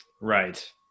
Right